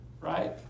right